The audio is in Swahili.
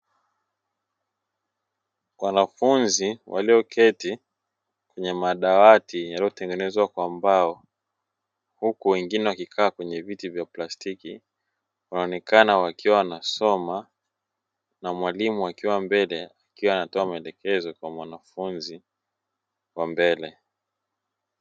Wanafunzi walioketi kwenye madawati yaliyotengenezwa kwa mbao, huku wengine wakikaa kwenye viti vya plastiki, wanaonekana wanasoma na mwalimu akiwa anatoa maelekezo kwa mwanafunzi wa mbele.